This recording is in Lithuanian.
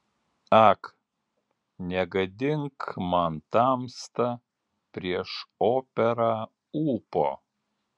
ak negadink man tamsta prieš operą ūpo